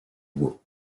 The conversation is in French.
bois